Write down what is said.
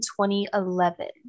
2011